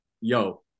yo